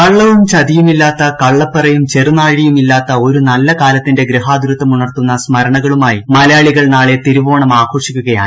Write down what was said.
കള്ളവും ചതിവുമില്ലാത്ത കള്ളപ്പറയും ചെറുനാഴിയുമില്ലാത്ത ഒരു നല്ല കാലത്തിന്റെ ഗൃഹാതുരത്ഥം ഉണർത്തുന്ന സ്മരുണികളുമായി മലയാളികൾ നാളെ തിരുവോണം ആഘോഷിക്കുകയാണ്